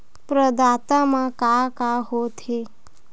प्रदाता मा का का हो थे?